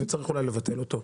וצריך אולי לבטל אותו,